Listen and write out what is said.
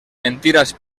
mentiras